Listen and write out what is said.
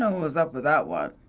um was up with that one.